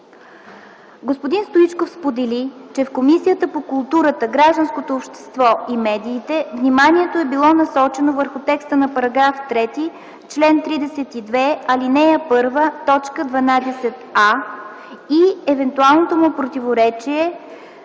Господин Стоичков сподели, че в Комисията по културата, гражданското общество и медиите вниманието е било насочено върху текста на § 3, чл. 32, ал. 1, т. 12а и евентуалното му противоречие